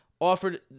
offered